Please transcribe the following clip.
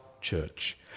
church